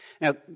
Now